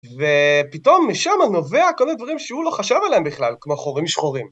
ופתאום משמה נובע כל מיני דברים שהוא לא חשב עליהם בכלל, כמו חורים שחורים.